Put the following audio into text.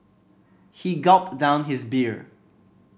he gulped down his beer